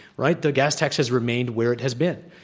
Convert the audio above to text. right, the gas tax has remained where it has been.